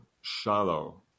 shallow